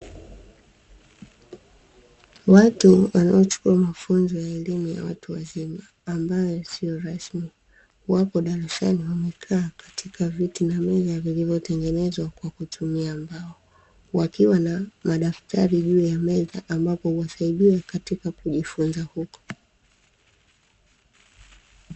Watu wanaochukua mafunzo ya elimu ya watu wazima ambayo sio rasmi, wapo darasani wamekaa katika viti na meza zilizotengenezwa kwa kutumia mbao. Wakiwa na madaftari juu ya meza ambayo huwasaidia katika kujifunza huko.